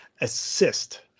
assist